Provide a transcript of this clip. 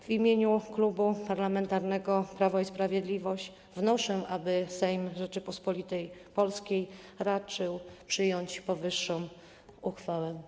W imieniu Klubu Parlamentarnego Prawo i Sprawiedliwość wnoszę, aby Sejm Rzeczypospolitej Polskiej raczył przyjąć niniejszą uchwałę.